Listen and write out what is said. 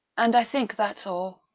and i think that's all.